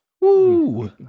Woo